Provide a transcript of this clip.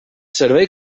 servei